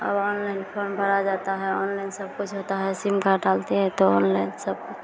अब online form भरा जाता है ऑनलाइन सब कुछ होता है सिम कार्ड डालते हैं तो ऑनलाइन सब कुछ